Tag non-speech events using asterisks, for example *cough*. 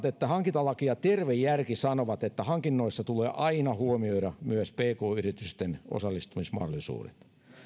*unintelligible* että hankintalaki ja terve järki sanovat että hankinnoissa tulee aina huomioida myös pk yritysten osallistumismahdollisuudet